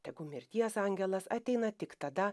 tegu mirties angelas ateina tik tada